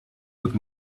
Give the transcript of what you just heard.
with